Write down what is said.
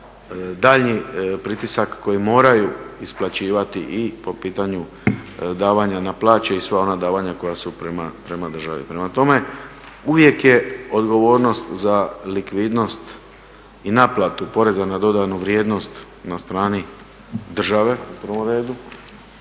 daljnji pritisak koji moraju isplaćivati i po pitanju davanja na plaće i sva ona davanja koja su prema državi. Prema tome, uvijek je odgovornost za likvidnost i naplatu poreza na dodanu vrijednost na strani države u prvom redu